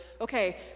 okay